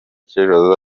cy’ejo